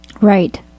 right